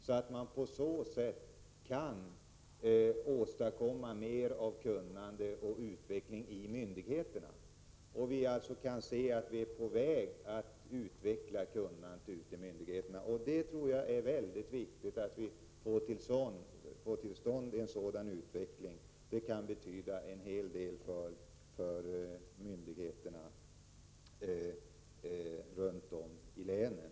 På det sättet kan man åstadkomma mer av kunnande och utveckling inom myndigheterna. Man kan alltså se att vi är på väg att utveckla kunnandet hos myndigheterna. Jag tror att det är väldigt viktigt att vi får till stånd en sådan utveckling. Det kan betyda en hel del för myndigheterna runt om i länen.